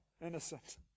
Innocent